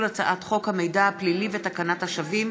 הצעת חוק המידע הפלילי ותקנת השבים,